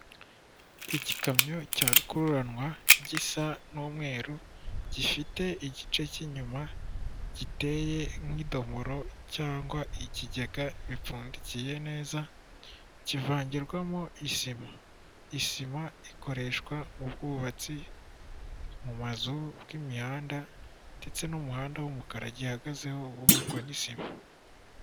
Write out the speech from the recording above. Igikamyo cya rukururanwa gisa n'umweru, gifite igice k'inyuma giteye nk'idomoro cyangwa ikigega bipfundikiye neza, kivangirwamo isima, isima ikoreshwa mu bwubatsi mu mazu bw'imihanda ndetse n'umuhanda w'umukara gihagazeho wubakwa n'isima.